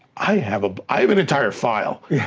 i have i have an entire file,